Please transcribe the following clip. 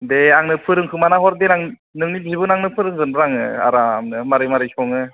दे आंनो फोरोंखोमाना हर देनां नोंनि बिबोनांनो फोरोंगोनब्रा आङो आरामनो मारै मारै सङो